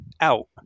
out